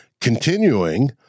Continuing